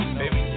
baby